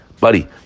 buddy